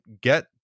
get